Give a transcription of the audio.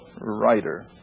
writer